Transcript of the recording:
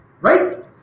right